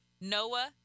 Noah